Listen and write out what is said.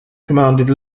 commanded